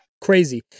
Crazy